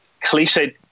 cliche